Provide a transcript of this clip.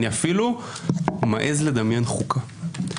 אני אפילו מעז לדמיין חוקה.